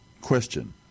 Question